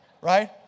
Right